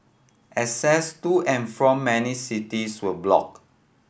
access to and from many cities were blocked